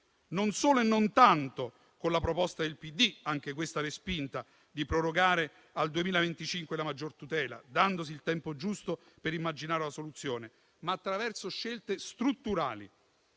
non solo e non tanto con la proposta del PD - anche questa respinta - di prorogare al 2025 la maggior tutela, dandosi il tempo giusto per immaginare la soluzione, ma attraverso scelte strutturali